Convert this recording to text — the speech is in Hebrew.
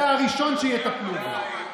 אתה הראשון שיטפלו בו.